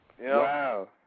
Wow